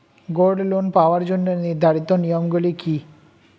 Gold loan পাওয়ার জন্য নির্ধারিত নিয়ম গুলি কি?